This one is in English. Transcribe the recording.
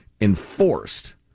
enforced